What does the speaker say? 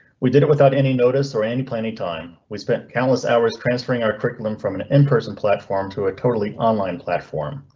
we did it without any notice or any planning time. we spent countless hours transferring our curriculum from an in person platform to a totally online platform.